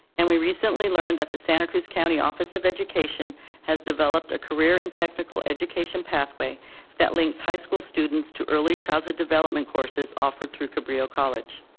and we recently learned that the santa cruz county office of education has developed a career and technical education pathway that links high school students to early childhood development courses offered through cabrillo college.